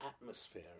atmosphere